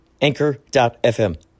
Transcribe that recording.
Anchor.fm